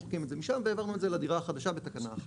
זורקים את הישן והעברנו את זה לדירה החדשה בתקנה אחרת.